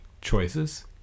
choices